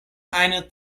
ajn